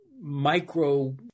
micro